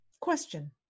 Question